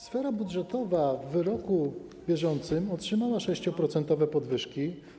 Sfera budżetowa w roku bieżącym otrzymała 6-procentowe podwyżki.